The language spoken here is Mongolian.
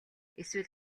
эсвэл